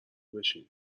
بشینیم